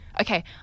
okay